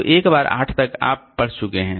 तो एक बार 8 तक आप पढ़ चुके हैं